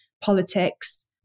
politics